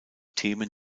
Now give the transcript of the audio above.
themen